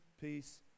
Peace